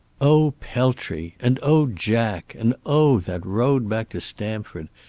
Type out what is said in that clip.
oh peltry and oh, jack and oh, that road back to stamford!